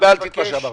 קיבלתי את מה שאמרת.